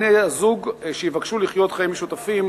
בני-הזוג שיבקשו לחיות חיים משותפים